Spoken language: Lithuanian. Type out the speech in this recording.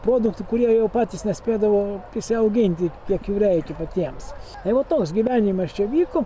produktų kurie jau patys nespėdavo prisiauginti kiek jų reikia patiems tai va toks gyvenimas čia vyko